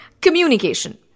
Communication